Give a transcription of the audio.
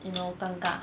you know 尴尬